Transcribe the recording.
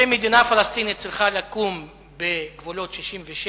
שמדינה פלסטינית צריכה לקום בגבולות 67',